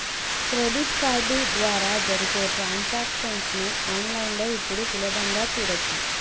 credit card ద్వారా జరిపే transactions ని ఆన్ లైన్ లో ఇప్పుడు సులభంగా చూడచ్చు